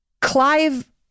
Clive